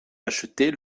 acheter